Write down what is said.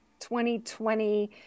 2020